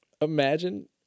imagine